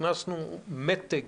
הכנסנו מתג